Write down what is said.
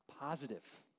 positive